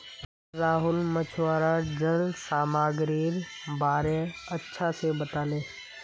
राहुल मछुवाराक जल सामागीरीर बारे अच्छा से बताले